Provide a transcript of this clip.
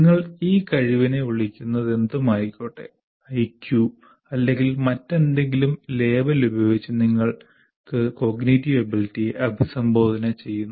നിങ്ങൾ ഈ കഴിവിനെ വിളിക്കുന്നതെന്തും ആയിക്കോട്ടെ ഐക്യു അല്ലെങ്കിൽ മറ്റേതെങ്കിലും ലേബൽ ഉപയോഗിച്ച് നിങ്ങൾക്ക് കോഗ്നിറ്റീവ് എബിലിറ്റിയെ അഭിസംബോധന ചെയ്യുന്നു